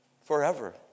forever